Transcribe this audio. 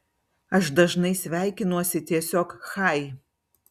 aš dažnai sveikinuosi tiesiog chai